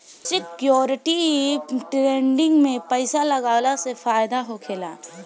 security trading में पइसा लगावला से फायदा होखेला